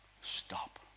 stop